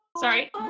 Sorry